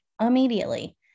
immediately